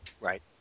Right